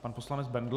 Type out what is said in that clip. Pan poslanec Bendl.